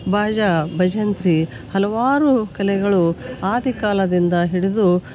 ಬಾಜಾ ಬಜಂತ್ರಿ ಹಲವಾರು ಕಲೆಗಳು ಆದಿಕಾಲದಿಂದ ಹಿಡಿದು